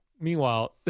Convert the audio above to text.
Meanwhile